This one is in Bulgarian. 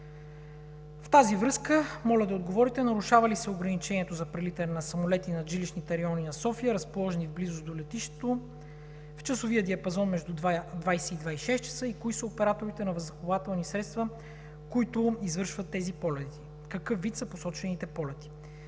В тази връзка моля да отговорите: нарушава ли се ограничението за прелитане на самолети над жилищните райони на София, разположени в близост до летището в часовия диапазон между 22,00 ч. и 6,00 ч. и кои са операторите на въздухоплавателни средства, които извършват тези полети? Какъв вид са посочените полети?